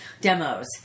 demos